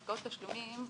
בעסקאות תשלומים,